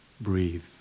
breathe